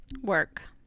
work